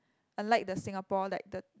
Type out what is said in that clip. unlike the Singapore like the